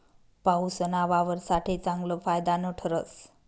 पाऊसना वावर साठे चांगलं फायदानं ठरस